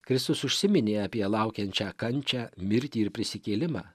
kristus užsiminė apie laukiančią kančią mirtį ir prisikėlimą